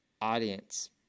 audience